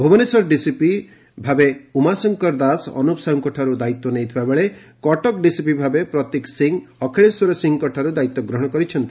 Bhubaneswar DCP ଭାବେ ଉମାଶଙ୍କର ଦାସ ଅନୁପ୍ ସାହୁଙ୍କଠାରୁ ଦାୟିତ୍ୱ ନେଇଥିବା ବେଳେ କଟକ ଡିସିପି ଭାବେ ପ୍ରତୀକ ସିଂହ ଅଖିଳେଶ୍ୱର ସିଂହଙ୍କ ଠାରୁ ଦାୟିତ୍ୱ ଗ୍ରହଣ କରିଛନ୍ତି